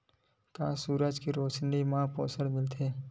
का सूरज के रोशनी म पोषण मिलथे?